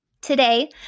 Today